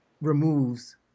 removes